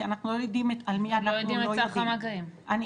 אנחנו לא יודעים על מי אנחנו לא יודעים.